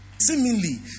seemingly